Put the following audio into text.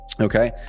Okay